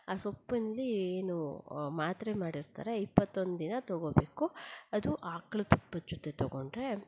ಆ ಸೊಪ್ಪಿನ್ಲಿ ಏನು ಮಾತ್ರೆ ಮಾಡಿರ್ತಾರೆ ಇಪ್ಪತ್ತೊಂದು ದಿನ ತಗೊಬೇಕು ಅದು ಆಕಳ ತುಪ್ಪದ ಜೊತೆ ತಗೊಂಡ್ರೆ